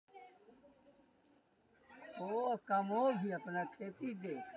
पेट इंश्योरेंस मे विभिन्न पालतू पशुक स्वास्थ्य आ कल्याणक लेल बीमा कैल जाइ छै